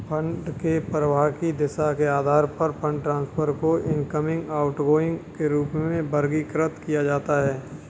fund के प्रवाह की दिशा के आधार पर फंड ट्रांसफर को इनकमिंग, आउटगोइंग के रूप में वर्गीकृत किया जाता है